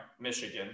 Michigan